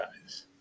guys